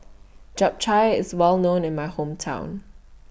Japchae IS Well known in My Hometown